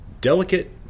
Delicate